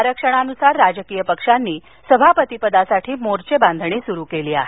आरक्षणानुसार राजकीय पक्षांनी सभापतीपदासाठी मोर्चेबांधणी सुरू केली आहे